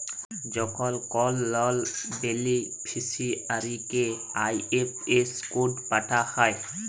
যখল কল লল বেলিফিসিয়ারিকে আই.এফ.এস কড পাঠাল হ্যয়